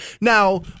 Now